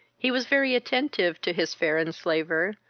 he was very attentive to his fair enslaver,